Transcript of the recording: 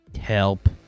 Help